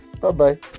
Bye-bye